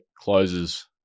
closes